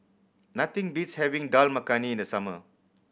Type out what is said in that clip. nothing beats having Dal Makhani in the summer